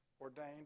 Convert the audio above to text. ordained